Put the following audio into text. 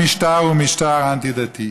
גם אם המשטר הוא משטר אנטי-דתי.